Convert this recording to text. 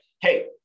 hey